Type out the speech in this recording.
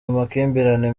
amakimbirane